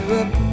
up